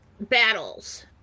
battles